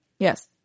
Yes